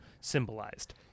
symbolized